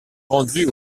rendus